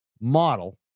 model